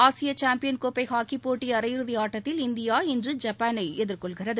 ஆசிய சாம்பியன் கோப்பை ஹாக்கிப் போட்டி அரையிறுதி ஆட்டத்தில் இந்தியா இன்று ஜப்பானை எதிர்கொள்கிறது